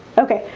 okay,